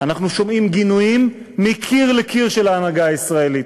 אנחנו שומעים גינויים מקיר לקיר של ההנהגה הישראלית,